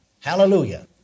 Hallelujah